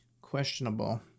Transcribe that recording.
Questionable